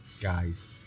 guys